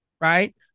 right